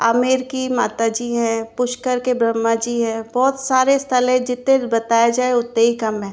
आमेर की माता जी हैं पुष्कर के ब्रह्मा जी हैं बहुत सारे स्थल है जितने बताये जाए उतने ही कम है